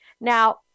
Now